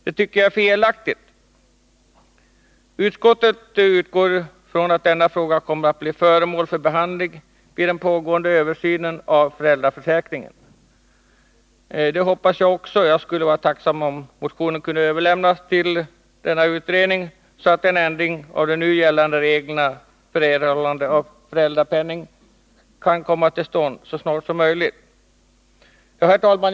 Det tycker jag är felaktigt. Utskottet utgår från att denna fråga kommer att bli föremål för behandling vid den pågående översynen av föräldraförsäkringen. Det hoppas jag också, och jag skulle vara tacksam om motionen kunde överlämnas till denna utredning, så att en ändring av de nu gällande reglerna för erhållande av föräldrapenning kunde komma till stånd så snart som möjligt. Herr talman!